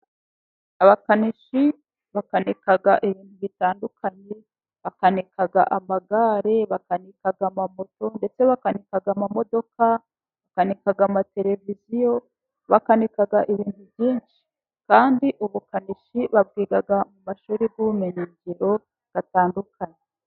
Abakanishi bakanika ibintu bitandukanye. Bakanika amagare, bakanika moto, ndetse bakanika amamodoka, bakanika amateleviziyo, bakanika ibintu byinshi, kandi ubukanishi babwiga mu mashuri y'ubumenyingiro atandukanye.